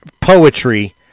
poetry